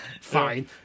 Fine